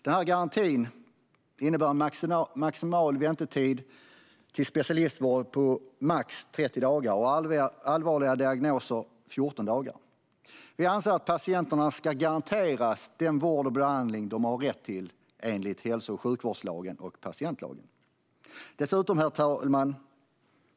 Den här garantin innebär en maximal väntetid till specialistvård på 30 dagar, vid allvarliga diagnoser 14 dagar. Vi anser att patienterna ska garanteras den vård och behandling de har rätt till enligt hälso och sjukvårdslagen och patientlagen. Herr talman!